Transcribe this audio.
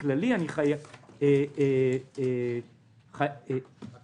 אני